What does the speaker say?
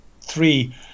three